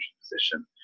position